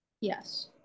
Yes